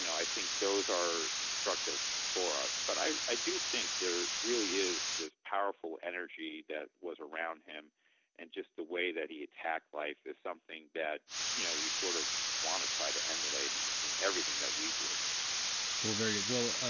you know i think those are instructive for us. but i i do think there really is this powerful energy that was around him and just the way that he attacked life is something that you know we sort of want to try to emulate and in everything that we do well very good. well,